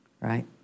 Right